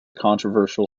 controversial